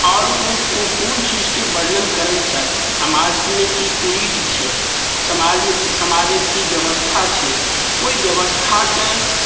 आओर ओ कोन चीजके वर्णन करैत छथि समाजमे की कुरीति छै समाजमे की समाजक की व्यवस्था छै ओहि व्यवस्थाकेँ